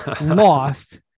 lost